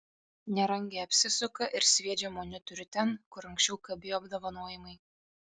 nerangiai apsisuka ir sviedžią monitorių ten kur anksčiau kabėjo apdovanojimai